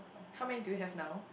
how many do we have now